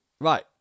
Right